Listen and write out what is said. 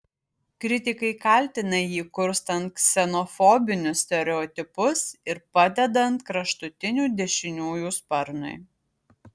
kritikai kaltina jį kurstant ksenofobinius stereotipus ir padedant kraštutinių dešiniųjų sparnui